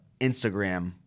Instagram